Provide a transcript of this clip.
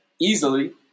easily